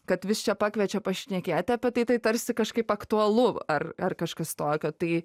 kad vis čia pakviečia pašnekėti apie tai tai tarsi kažkaip aktualu ar ar kažkas tokio tai